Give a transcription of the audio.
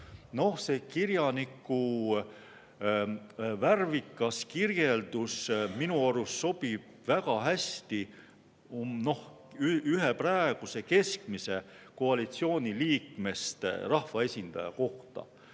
Noh, see kirjaniku värvikas kirjeldus minu arust sobib väga hästi ühe praeguse keskmise koalitsiooniliikmest rahvaesindaja kohta.